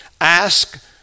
ask